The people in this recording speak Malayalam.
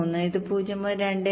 3 ഇത് 0